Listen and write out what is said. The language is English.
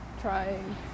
trying